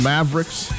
Mavericks